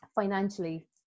financially